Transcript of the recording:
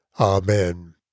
Amen